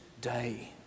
day